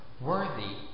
Worthy